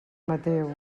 mateu